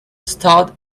stalled